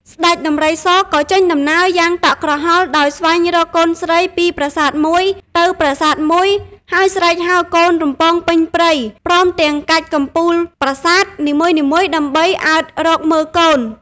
ស្តេចដំរីសក៏ចេញដំណើរយ៉ាងតក់ក្រហល់ដោយស្វែងរកកូនស្រីពីប្រាសាទមួយ ទៅប្រាសាទមួយ ហើយស្រែកហៅកូនរំពងពេញព្រៃ ព្រមទាំងកាច់កំពូលប្រាសាទ នីមួយៗដើម្បីអើតរកមើលកូន ។